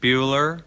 Bueller